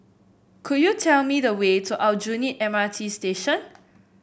could you tell me the way to Aljunied M R T Station